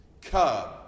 Come